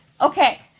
Okay